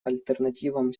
альтернативам